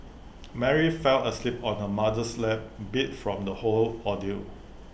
Mary fell asleep on her mother's lap beat from the whole ordeal